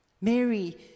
Mary